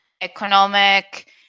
economic